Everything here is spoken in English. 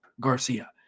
Garcia